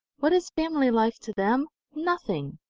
what is family life to them? nothing!